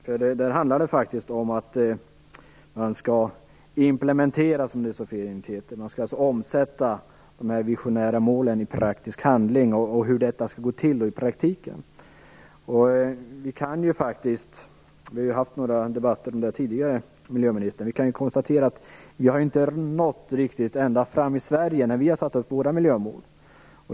Vad det handlar om är att man skall implementera, som det så fint heter, dvs. omsätta de här visionära målen i praktisk handling, och hur det skall gå till i praktiken. Det kan konstateras - vi har ju haft några debatter om det tidigare, miljöministern - att vi i Sverige inte nått ända fram när vi satt upp våra miljömål.